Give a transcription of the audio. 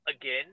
again